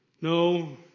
No